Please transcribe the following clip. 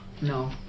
no